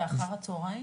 זה אחר הצהריים?